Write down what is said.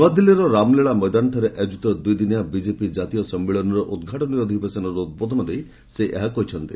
ନୂଆଦିଲ୍ଲୀର ରାମଲୀଳା ମଇଦାନଠାରେ ଆୟୋଜିତ ଦୁଇଦିନିଆ ବିଜେପି କାତୀୟ ସମ୍ମିଳନୀର ଉଦ୍ଘାଟନୀ ଅଧିବେଶନରେ ଉଦ୍ବୋଧନ ଦେଇ ସେ ଏହା କହିଛନ୍ତି